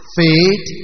faith